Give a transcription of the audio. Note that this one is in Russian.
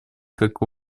как